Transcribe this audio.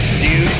dude